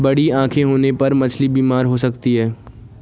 बड़ी आंखें होने पर मछली बीमार हो सकती है